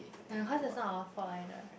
ya cause it's not our fault either right